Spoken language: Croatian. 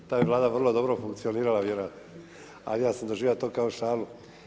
Ta bi Vlada vrlo dobro funkcionirala vjerojatno, ali ja sam doživio to kao šalu.